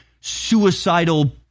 suicidal